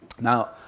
Now